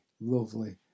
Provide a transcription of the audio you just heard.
lovely